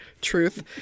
truth